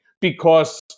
because-